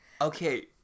Okay